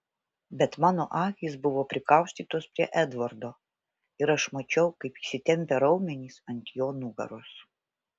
bet mano akys buvo prikaustytos prie edvardo ir aš mačiau kaip įsitempę raumenys ant jo nugaros